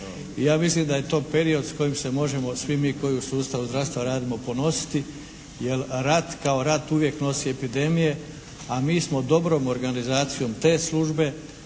Ja mislim da je to period s kojim se možemo svi mi koji u sustavu zdravstva radimo ponositi, jer rat kao rat uvijek nosi epidemije, a mi smo dobrom organizacijom te službe